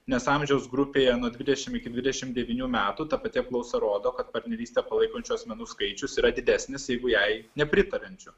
nes amžiaus grupėje nuo dvidešimt iki dvidešimt devynių metų ta pati apklausa rodo kad partnerystę palaikančių asmenų skaičius yra didesnis jeigu jai nepritariančių